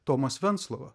tomas venclova